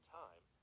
time